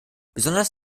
besonders